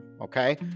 Okay